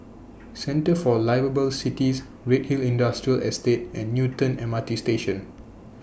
Centre For Liveable Cities Redhill Industrial Estate and Newton M R T Station